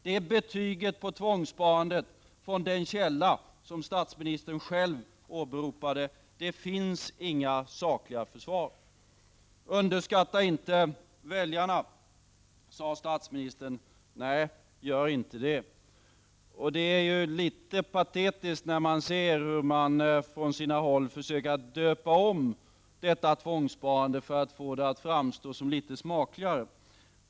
Detta är betyget på tvångssparandet från den källa som statsministern själv åberopade. Det finns inget sakligt försvar. Underskatta inte väljarna, sade statsministern. Nej, gör inte det! Det är litet patetiskt när man ser hur man på sina håll försöker döpa om detta tvångssparande för att få det att framstå som litet smakligare.